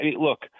look